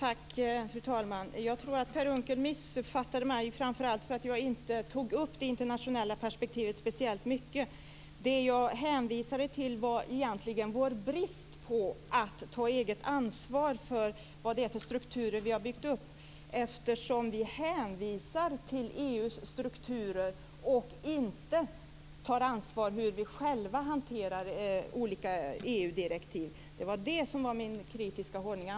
Fru talman! Jag tror att Per Unckel missuppfattade mig, framför allt därför att jag inte tog upp det internationella perspektivet speciellt mycket. Det jag hänvisade till var egentligen vår oförmåga att ta eget ansvar för de strukturer vi har byggt upp. Vi hänvisar till EU:s strukturer utan att ta ansvar för hur vi själva hanterar olika EU-direktiv. Det var det som min kritiska hållning gick ut på.